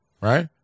right